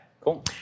Cool